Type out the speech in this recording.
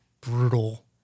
brutal